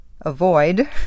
avoid